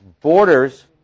borders